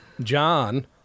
John